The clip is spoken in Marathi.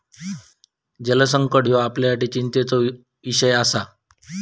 जलसंकट ह्यो आपणासाठी चिंतेचो इषय आसा